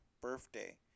birthday